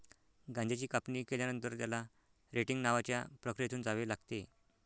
गांजाची कापणी केल्यानंतर, त्याला रेटिंग नावाच्या प्रक्रियेतून जावे लागते